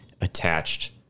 attached